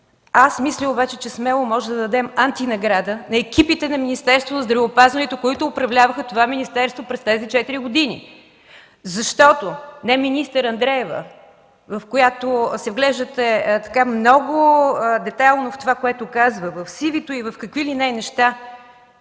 Аз мисля обаче, че скоро можем да дадем антинаграда на екипите на Министерството на здравеопазването, които управляваха това министерство през тези четири години. Защото не министър Андреева, в която се вглеждате много детайлно в това, което казва, в CV-то и в какви ли не